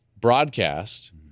broadcast